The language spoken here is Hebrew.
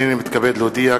הנני מתכבד להודיע,